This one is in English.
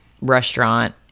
restaurant